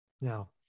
Now